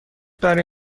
برای